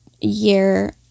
year